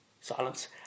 Silence